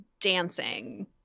dancing